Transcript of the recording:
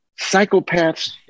psychopaths